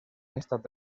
estat